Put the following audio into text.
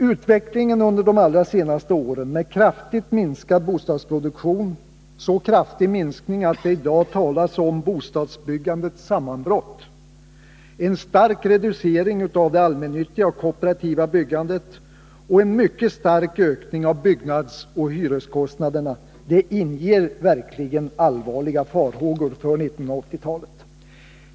Utvecklingen under de allra senaste åren med en kraftig minskning av bostadsproduktionen — en så kraftig minskning att det i dag talas om bostadsbyggandets sammanbrott —, en stark reducering av det allmännyttiga och kooperativa byggandet och en mycket stark ökning av byggnadsoch hyreskostnaderna, inger verkligen allvarliga farhågor för 1980-talet.